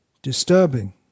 disturbing